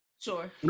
sure